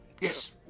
Yes